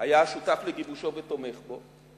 היה שותף לגיבושו ותומך בו,